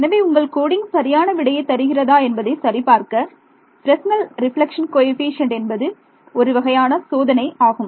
எனவே உங்கள் கோடிங் சரியான விடையை தருகிறதா என்பதை சரிபார்க்க பிரஸ்னல் ரெப்லக்ஷன் கோஎஃபீஷியேன்ட் என்பது ஒரு வகையான சோதனை ஆகும்